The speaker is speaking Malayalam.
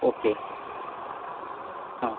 ഓക്കെ ആ